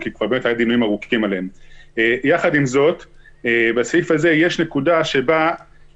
לכן אנחנו מבקשים שבסעיף 3(א)(ד) יתוסף לסיבות שכן אפשר